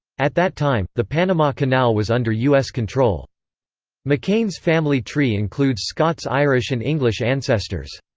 at that time, the panama canal was under u s. control mccain's family tree includes scots-irish and english ancestors.